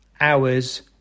hours